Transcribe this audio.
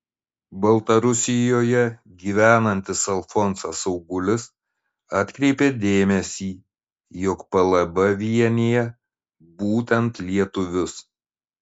baltarusijoje gyvenantis alfonsas augulis atkreipė dėmesį jog plb vienija būtent lietuvius